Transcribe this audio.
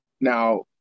Now